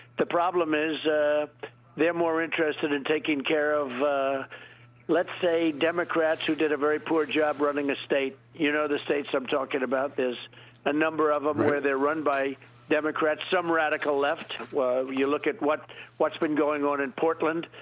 the problem is they're more interested in taking care of let's say democrats who did a very poor job running a state. you know the states i'm talking about. there's a number of them where they're run by democrats, some radical left are. you look at what's what's been going on in portland.